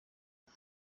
ati